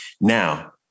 Now